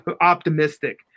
optimistic